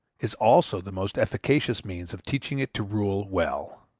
is also the most efficacious means of teaching it to rule well.